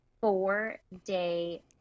four-day